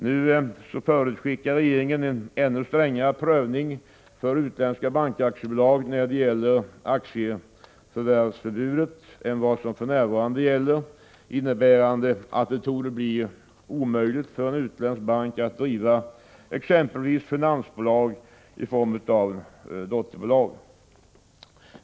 Nu förutskickar regeringen en ännu strängare prövning för utländska bankaktiebolag när det gäller aktieförvärvsförbudet än vad som för närvarande gäller, innebärande att det torde bli omöjligt för en utländsk bank att driva exempelvis finansbolag i form av dotterbolag.